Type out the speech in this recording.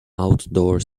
outdoor